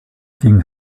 ging